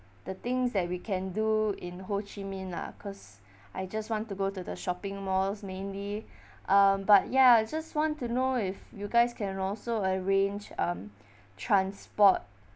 the things that we can do in ho chi minh lah cause I just want to go to the shopping malls mainly um but ya just want to know if you guys can also arrange um transport